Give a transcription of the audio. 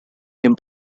name